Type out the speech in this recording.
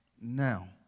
now